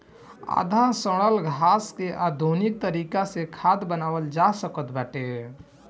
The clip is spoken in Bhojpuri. आधा सड़ल घास के आधुनिक तरीका से खाद बनावल जा सकत बाटे